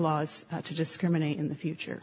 laws to discriminate in the future